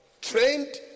trained